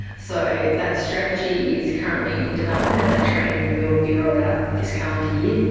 so that strategy is currently in development and that training will be rolled out this calendar year.